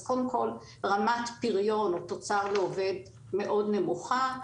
אז קודם כל, רמת הפריון או תוצר לעובד מאוד נמוכה,